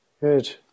Good